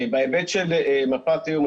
בהיבט של מפת איום,